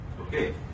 okay